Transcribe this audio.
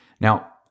Now